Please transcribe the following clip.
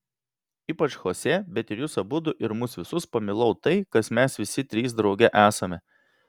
ypač chosė bet ir jus abudu ir mus visus pamilau tai kas mes visi trys drauge esame